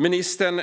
Ministern